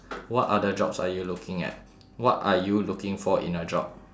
what other jobs are looking at what are you looking for in a job